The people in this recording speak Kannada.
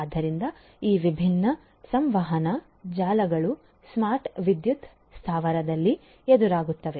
ಆದ್ದರಿಂದ ಈ ವಿಭಿನ್ನ ಸಂವಹನ ಜಾಲಗಳು ಸ್ಮಾರ್ಟ್ ವಿದ್ಯುತ್ ಸ್ಥಾವರದಲ್ಲಿ ಎದುರಾಗುತ್ತವೆ